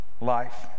life